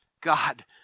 God